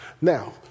Now